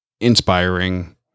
Inspiring